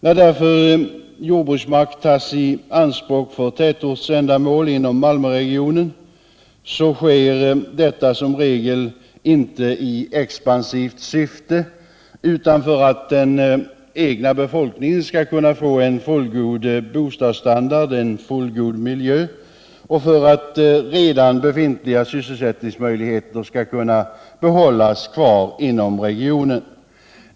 När jordbruksmark tas i anspråk för tätortsändamål inom Malmöregionen sker detta därför som regel inte i expansivt syfte utan för att den egna befolkningen skall kunna få en fullgod bostadsstandard och en fullgod miljö och för att redan befintliga sysselsättningsmöjligheter skall kunna behållas inom regionen.